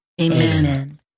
Amen